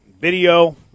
video